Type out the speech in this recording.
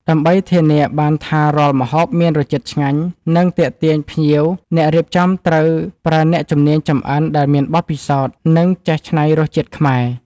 ដើម្បីធានាបានថារាល់ម្ហូបមានរសជាតិឆ្ងាញ់ និងទាក់ទាញភ្ញៀវ អ្នករៀបចំត្រូវប្រើអ្នកជំនាញចម្អិនដែលមានបទពិសោធន៍ និងចេះច្នៃរសជាតិខ្មែរ។